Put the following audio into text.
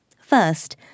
First